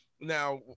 now